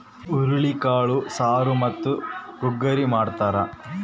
ಹುರುಳಿಕಾಳು ಸಾರು ಮತ್ತು ಗುಗ್ಗರಿ ಮಾಡ್ತಾರ